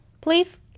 please